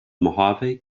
mohave